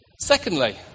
Secondly